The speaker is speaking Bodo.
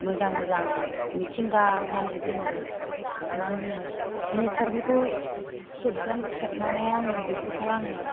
मोजां मोजां मिथिंगा माने जोङो माहोनो नेचारफोरखौ खेबगोन खेबनानै आङो बेफोरखौ आङो